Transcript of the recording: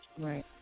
Right